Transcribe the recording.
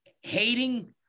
hating